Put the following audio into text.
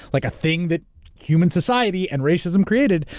like a thing that human society and racism created.